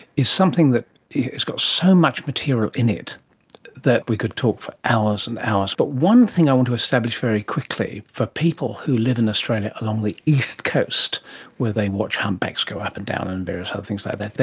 is something that has got so much material in it that we could talk for hours and hours. but one thing i want to establish very quickly for people who live in australia along the east coast where they watch humpbacks go up and down and various other things like that.